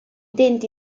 denti